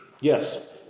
Yes